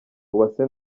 uwase